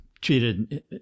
treated